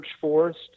Forest